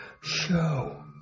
Show